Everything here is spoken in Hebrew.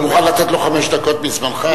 אתה מוכן לתת לו חמש דקות מזמנך?